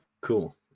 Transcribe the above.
Cool